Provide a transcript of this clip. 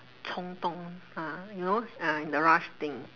冲动：chong dong ah you know ah in a rush thing